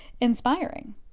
inspiring